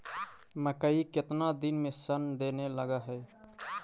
मकइ केतना दिन में शन देने लग है?